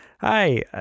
hi